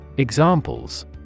Examples